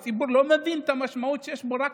הציבור לא מבין את המשמעות שיש פה רק